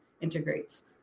integrates